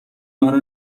منو